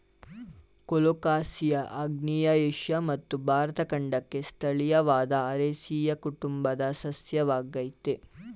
colocasia ಆಗ್ನೇಯ Asia ಮತ್ತು ಭಾರತ ಖಂಡಕ್ಕೆ ಸ್ಥಳೀಯವಾದ ಅರೇಸಿಯ ಕುಟುಂಬದ ಸಸ್ಯವಾಗಯ್ತೆ